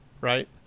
right